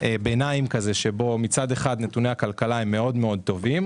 ביניים כזה שבו נתוני הכלכלה מאוד מאוד טובים,